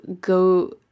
go